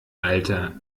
alter